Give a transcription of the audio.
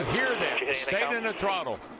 ah save the and throttle.